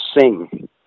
sing